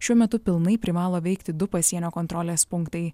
šiuo metu pilnai privalo veikti du pasienio kontrolės punktai